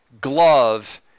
glove